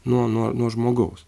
nuo nuo nuo žmogaus